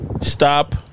Stop